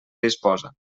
disposa